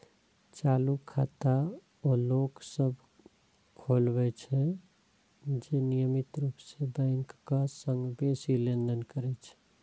चालू खाता ओ लोक सभ खोलबै छै, जे नियमित रूप सं बैंकक संग बेसी लेनदेन करै छै